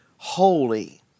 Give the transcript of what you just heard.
Holy